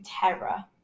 terror